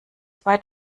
zwei